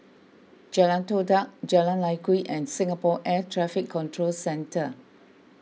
Jalan Todak Jalan Lye Kwee and Singapore Air Traffic Control Centre